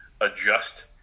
adjust